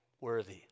worthy